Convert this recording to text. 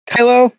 Kylo